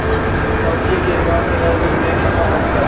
सब्जी के गाछ मे बृद्धि कैना होतै?